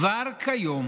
כבר כיום